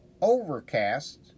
Overcast